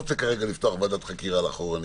פעם שעברה לא היה דיון,